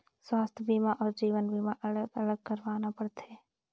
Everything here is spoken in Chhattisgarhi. स्वास्थ बीमा अउ जीवन बीमा अलग अलग करवाना पड़थे?